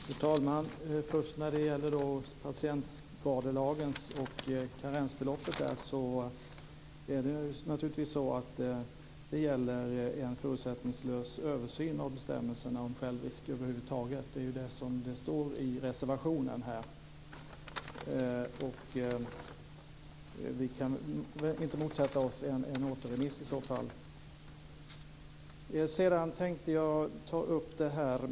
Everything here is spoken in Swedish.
Fru talman! När det först gäller patientskadelagens karensbelopp avser det som står i reservationen naturligtvis en förutsättningslös översyn av bestämmelserna om självrisk över huvud taget. Vi vill inte motsätta oss en återremiss. Jag vill också ta upp kollektiva försäkringar.